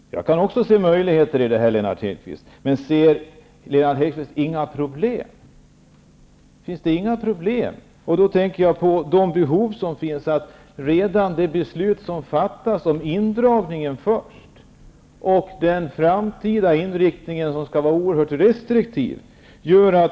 Jag kan också se möjligheter i detta, Lennart Hedquist. Men ser Lennart Hedquist inga problem? Då tänker jag på de behov som finns och de beslut som redan fattats om indragningen. Den framtida inriktningen skall vara oerhört restriktiv.